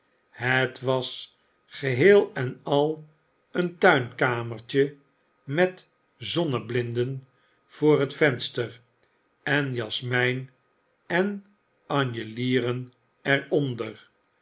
het was geheel en al een tuinkamertje met zonneblinden voor het venster en jasmijn en anjelieren